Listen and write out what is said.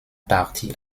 partie